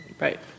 Right